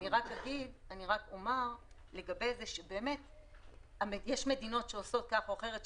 אני רק אומר שלגבי זה באמת יש מדינות שעושות כך או אחרת.